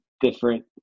different